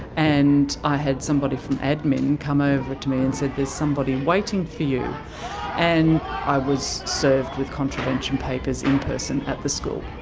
and i had someone from admin come over to me and said there's somebody waiting for you and i was served with contravention papers in person at the school,